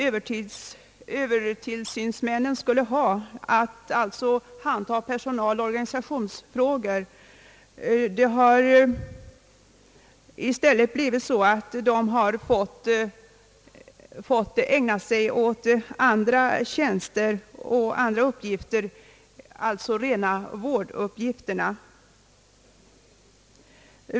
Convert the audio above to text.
Övertillsynsmännen skulle handha personaloch organisationsfrågor, men i stället har de i många fall fått ägna sig åt rena vårduppgifter.